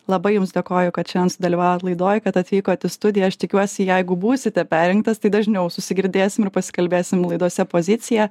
labai jums dėkoju kad šiandien sudalyvavot laidoj kad atvykot į studiją aš tikiuosi jeigu būsite perrinktas tai dažniau susigirdėsim ir pasikalbėsim laidose pozicija